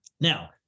Now